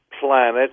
planet